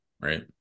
right